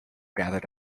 gathered